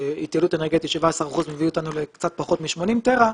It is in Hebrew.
והתייעלות אנרגטית של 17 אחוזים מביאה אותנו לקצת פחות מ-80 טרה.